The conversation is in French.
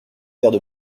verres